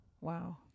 Wow